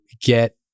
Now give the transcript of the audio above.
get